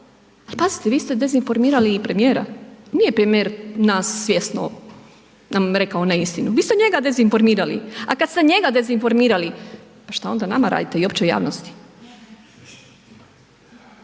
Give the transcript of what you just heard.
Ali pazite vi ste dezinformirali i premijera, nije premijer nas svjesno nam rekao neistinu, vi ste njega dezinformirali. A kada ste njega dezinformirali pa šta onda nama radite i općoj javnosti?